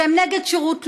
שהם נגד שירות לאומי,